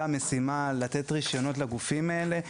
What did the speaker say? המשימה לתת רישיונות לגופים האלה.